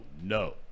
no